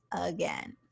again